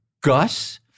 Gus